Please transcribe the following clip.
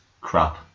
crap